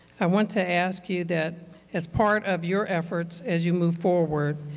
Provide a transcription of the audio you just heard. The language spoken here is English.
i want to ask you that as part of your efforts as you move forward,